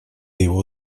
его